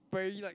very like